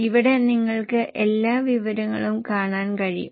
ഇവിടെ നിങ്ങൾക്ക് എല്ലാ വിവരങ്ങളും കാണാൻ കഴിയും